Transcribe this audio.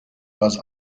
was